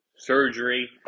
Surgery